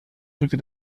rückte